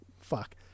fuck